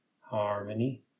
harmony